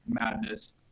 madness